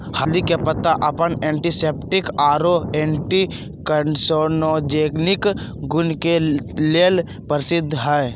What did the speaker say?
हल्दी के पत्ता अपन एंटीसेप्टिक आरो एंटी कार्सिनोजेनिक गुण के लेल प्रसिद्ध हई